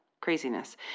craziness